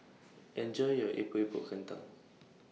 Enjoy your Epok Epok Kentang